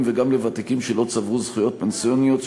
וגם לוותיקים שלא צברו זכויות פנסיוניות,